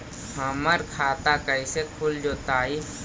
हमर खाता कैसे खुल जोताई?